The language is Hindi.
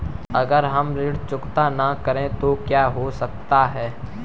अगर हम ऋण चुकता न करें तो क्या हो सकता है?